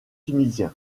tunisien